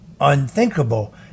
unthinkable